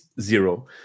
zero